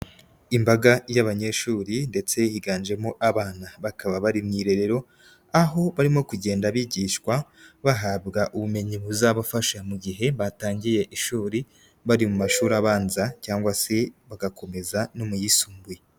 Imbaga y'abanyeshuri ndetse higanjemo abana, bakaba bari mu irerero, aho barimo kugenda bigishwa bahabwa ubumenyi buzabafasha mu gihe batangiye ishuri, bari mu mashuri abanza cyangwa se bagakomeza no mu yisumbuye.